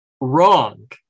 Wrong